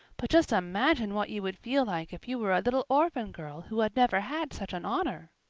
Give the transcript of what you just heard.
but just imagine what you would feel like if you were a little orphan girl who had never had such an honor.